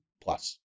Plus